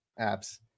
apps